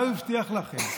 מה הוא הבטיח לכם?